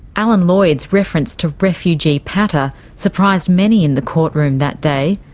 alan lloyd's reference to refugee patter surprised many in the courtroom that day,